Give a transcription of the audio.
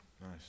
nice